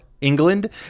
England